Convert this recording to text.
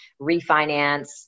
refinance